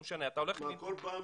אז אין בעיה